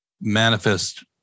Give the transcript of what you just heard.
manifest